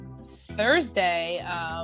Thursday